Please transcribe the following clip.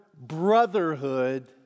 brotherhood